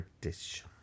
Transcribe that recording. British